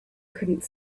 couldn’t